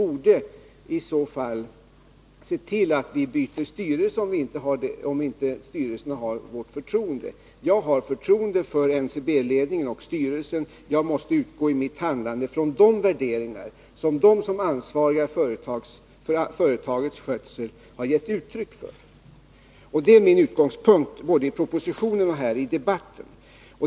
Om styrelsen inte har vårt förtroende, bör vi se till att byta ut den, men jag har förtroende för NCB-ledningen och styrelsen, och jag måste i mitt handlande utgå från värderingar som de som är ansvariga för företagets skötsel har givit uttryck för. Det är min utgångspunkt både i propositionen och här i debatten.